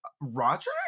roger